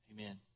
Amen